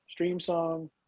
Streamsong